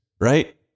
right